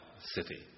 city